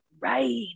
right